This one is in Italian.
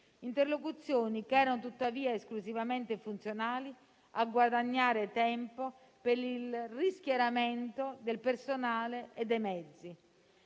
interlocuzioni che erano tuttavia esclusivamente funzionali a guadagnare tempo per il rischieramento del personale e dei mezzi.